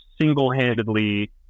single-handedly –